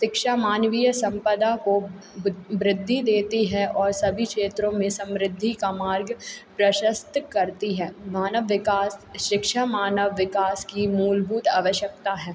शिक्षा मानवीय संपदा को बि वृद्धि देती है और सभी क्षेत्रों में समृद्धि का मार्ग प्रशस्त करती है मानव विकास शिक्षा मानव विकास की मूलभूत आवश्यकता है